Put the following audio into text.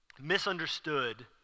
misunderstood